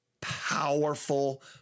powerful